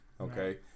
Okay